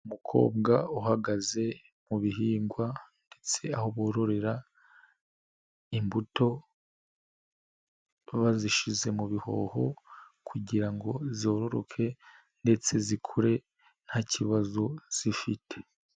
Umukobwa uhagaze mu bihingwa, ndetse aho bororera imbuto, bazishyize mu bihuho, kugira ngo zororoke ndetse zikure nta kibazo zifite.